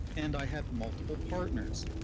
and i have multiple partners.